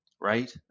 right